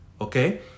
Okay